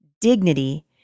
dignity